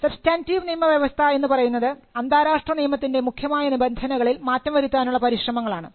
substantive നിയമവ്യവസ്ഥ എന്നു പറയുന്നത് അന്താരാഷ്ട്ര നിയമത്തിൻറെ മുഖ്യമായ നിബന്ധനകളിൽ മാറ്റങ്ങൾ വരുത്താനുള്ള പരിശ്രമങ്ങളാണ്